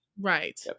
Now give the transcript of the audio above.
Right